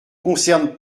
concerne